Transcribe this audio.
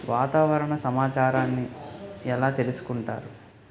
వాతావరణ సమాచారాన్ని ఎలా తెలుసుకుంటారు?